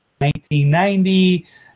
1990